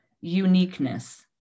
uniqueness